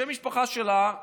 שם המשפחה שלה יהודי,